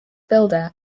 builder